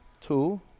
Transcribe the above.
Two